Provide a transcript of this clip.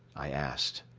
i asked.